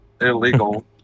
illegal